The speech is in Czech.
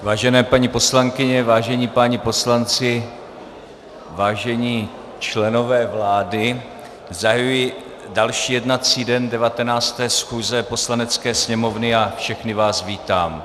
Vážené paní poslankyně, vážení páni poslanci, vážení členové vlády, zahajuji další jednací den 19. schůze Poslanecké sněmovny a všechny vás vítám.